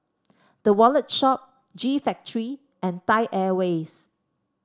The Wallet Shop G Factory and Thai Airways